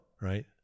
right